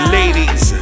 ladies